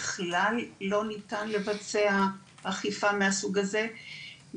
בכלל לא ניתן לבצע אכיפה מהסוג הזה,